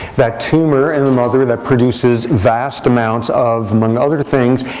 that tumor in the mother that produces vast amounts of, among other things,